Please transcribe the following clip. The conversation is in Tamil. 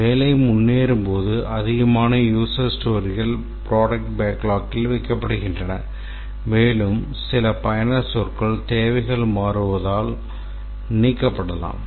வேலை முன்னேறும்போது அதிகமான USER STORYகள் ப்ரோடக்ட் பேக்லாக்கில் வைக்கப்படுகின்றன மேலும் சில பயனர் சொற்கள் தேவைகள் மாறுவதால் நீக்கப்படலாம்